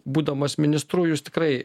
būdamas ministru jūs tikrai